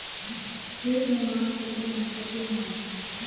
खेत में माप कितना महत्वपूर्ण है?